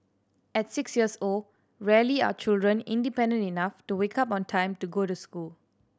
at six years old rarely are children independent enough to wake up on time to go to school